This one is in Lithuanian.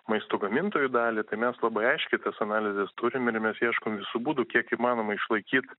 maisto gamintojų dalį tai mes labai aiškiai tas analizes turim ir mes ieškom visų būdų kiek įmanoma išlaikyt